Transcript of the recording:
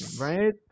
right